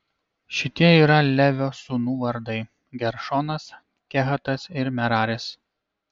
šitie yra levio sūnų vardai geršonas kehatas ir meraris